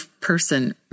person